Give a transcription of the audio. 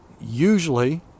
usually